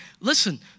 Listen